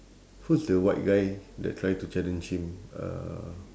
who's the white guy that try to challenge him uh